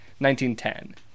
1910